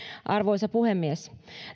arvoisa puhemies